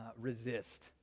resist